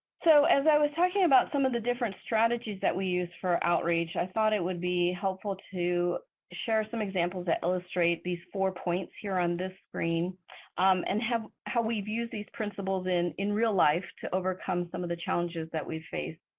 so as i was talking about some of the different strategies that we use for outreach i thought it would be helpful to share some examples that illustrate these four points here on this screen um and how we've used these principles in in real life to overcome some of the challenges that we've faced.